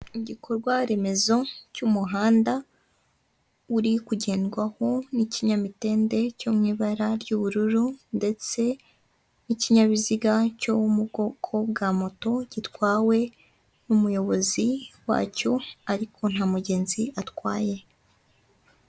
Igikorwa remezo cy'umuhanda uri kugendwaho n'ikinyamitende cyo mw'ibara ry'ubururu ndetse n'ikinyabiziga cyo mu bwoko bwa moto gitwawe n'umuyobozi wacyo, ariko nta mugenzi atwaye.